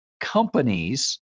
companies